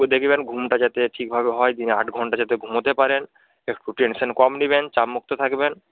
দেখবেন ঘুমটা যাতে ঠিকভাবে হয় দিনে আট ঘন্টা যাতে ঘুমোতে পারেন একটু টেনশন কম নেবেন চাপমুক্ত থাকবেন